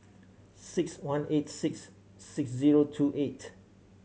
six one eight six six zero two eight